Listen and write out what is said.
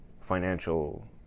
financial